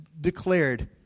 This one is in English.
declared